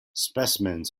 specimens